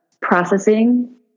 processing